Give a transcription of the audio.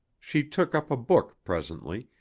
she took up a book presently,